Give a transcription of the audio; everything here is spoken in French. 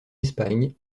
espagne